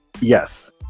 Yes